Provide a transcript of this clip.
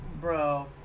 bro